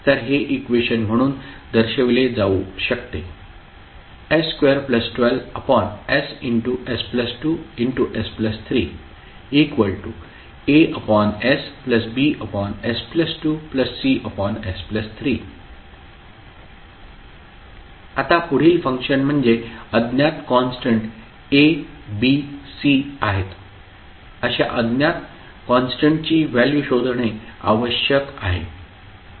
तर हे इक्वेशन म्हणून दर्शविले जाऊ शकते s212ss2S3AsBs2Cs3 आता पुढील फंक्शन म्हणजे अज्ञात कॉन्स्टंट A B C आहेत अशा अज्ञात कॉन्स्टंटची व्हॅल्यू शोधणे आवश्यक आहे